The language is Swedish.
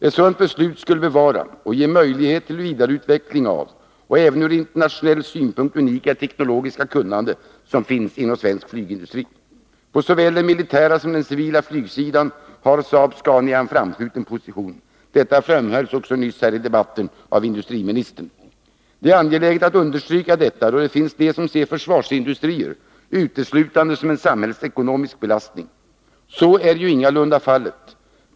Ett sådant beslut skulle bevara och ge möjlighet till vidareutveckling av det även ur internationell synpunkt unika teknologiska kunnande som finns inom svensk flygindustri. På såväl den militära som den civila flygsidan har Saab-Scania en framskjuten position. Detta framhölls också nyss i debatten av industriministern. Det är angeläget att understryka detta, då det finns de som ser försvarsindustrier uteslutande som en samhällsekonomisk belastning. Så är ju ingalunda fallet.